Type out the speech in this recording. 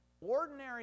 ordinary